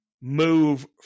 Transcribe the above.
move